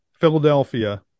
Philadelphia